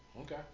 Okay